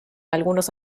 algunos